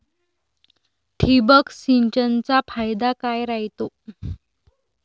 ठिबक सिंचनचा फायदा काय राह्यतो?